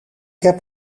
heb